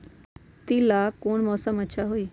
खेती ला कौन मौसम अच्छा होई?